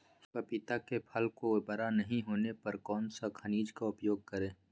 पपीता के फल को बड़ा नहीं होने पर कौन सा खनिज का उपयोग करें?